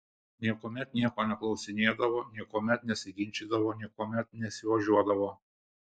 niekuomet nieko neklausinėdavo niekuomet nesiginčydavo niekuomet nesiožiuodavo